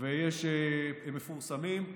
והם מפורסמים.